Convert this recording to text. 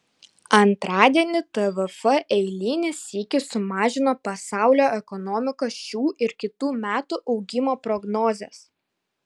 antradienį tvf eilinį sykį sumažino pasaulio ekonomikos šių ir kitų metų augimo prognozes